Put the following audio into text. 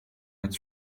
met